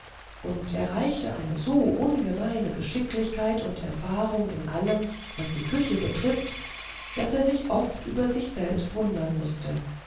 und erreichte eine so ungemeine geschicklichkeit und erfahrung in allem was die küche betrifft daß er sich oft über sich selbst wundern mußte